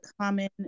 common